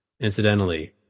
incidentally